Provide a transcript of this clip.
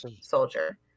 Soldier